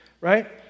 Right